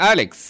Alex